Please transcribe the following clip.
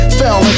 fell